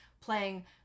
playing